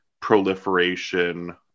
proliferation